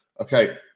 Okay